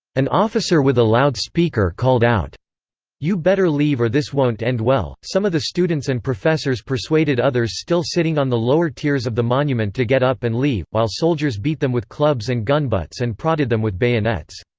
an officer with a loudspeaker called out you better leave or this won't end well. some of the students and professors persuaded others still sitting on the lower tiers of the monument to get up and leave, while soldiers beat them with clubs and gunbutts and prodded them with bayonets.